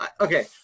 Okay